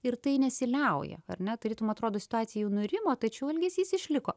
ir tai nesiliauja ar ne tarytum atrodo situacija jau nurimo tačiau elgesys išliko